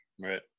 Right